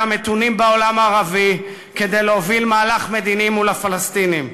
המתונים בעולם הערבי כדי להוביל מהלך מדיני מול הפלסטינים.